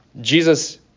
Jesus